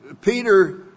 Peter